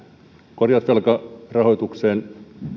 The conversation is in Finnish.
korjausvelkarahoituksen